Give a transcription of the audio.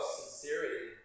sincerity